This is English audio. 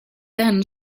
then